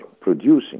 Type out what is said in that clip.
producing